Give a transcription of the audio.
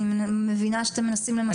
אני מבינה שאתם מנסים למסמס את זה,